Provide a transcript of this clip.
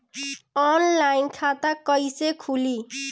Online खाता कईसे खुलि?